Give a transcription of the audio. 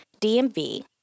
DMV